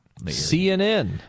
CNN